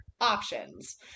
options